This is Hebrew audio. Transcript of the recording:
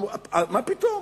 מה פתאום?